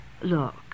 Look